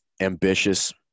ambitious